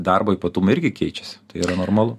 darbo ypatumai irgi keičiasi tai yra normalu